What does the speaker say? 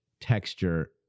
texture